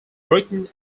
britain